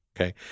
Okay